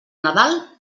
nadal